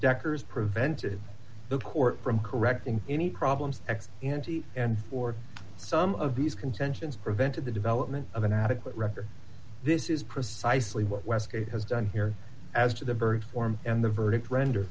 decker's prevented the court from correcting any problems ex ante or some of these contentions prevented the development of an adequate record this is precisely what westgate has done here as to the birth form and the verdict render